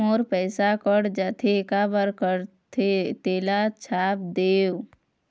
मोर पैसा कट जाथे काबर कटथे तेला छाप देव?